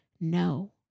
No